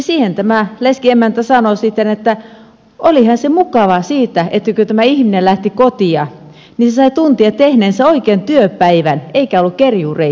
siihen tämä leskiemäntä sanoi sitten että olihan se mukava että kun tämä ihminen lähti kotiin niin se sai tuntea tehneensä oikean työpäivän eikä ollut kerjuureissulla